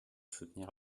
soutenir